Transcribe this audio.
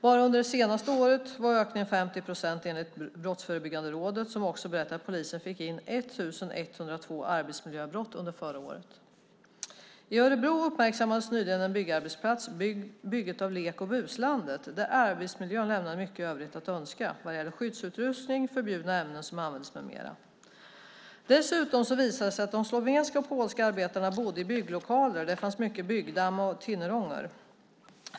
Bara under det senaste året var ökningen 50 procent, enligt Brottsförebyggande rådet som också berättar att polisen fick in 1 102 arbetsmiljöbrott under förra året. I Örebro uppmärksammades nyligen en byggarbetsplats, bygget av Lek och buslandet, där arbetsmiljön lämnade mycket övrigt att önska vad gällde skyddsutrustning, användning av förbjudna ämnen med mera. Dessutom visade det sig att de slovenska och polska arbetarna bodde i bygglokaler där det fanns mycket byggdamm och tinnerångor.